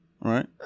Right